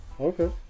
Okay